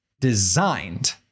designed